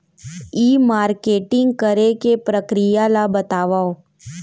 ई marketing करे के प्रक्रिया ला बतावव?